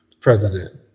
president